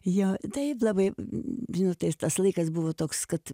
ją taip labai minutas tas laikas buvo toks kad